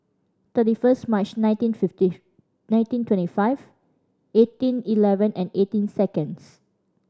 thirty first March nineteen fifty nineteen twenty five eighteen eleven and eighteen seconds